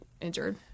injured